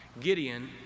Gideon